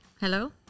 Hello